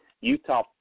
Utah